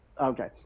Okay